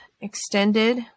Extended